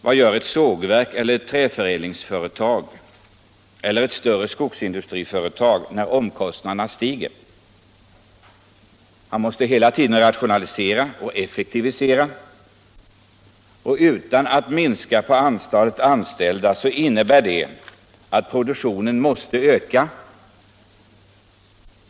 Vad gör ett sågverk eller ett träförädlingsföretag eller ett större skogsindustriföretag när omkostnaderna stiger? Man måste hela tiden rationalisera och effektivisera, och om man inte skall minska antalet anställda innebär det att produktionen måste öka.